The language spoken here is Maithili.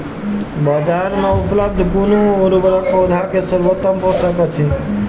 बाजार में उपलब्ध कुन उर्वरक पौधा के सर्वोत्तम पोषक अछि?